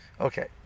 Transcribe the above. Okay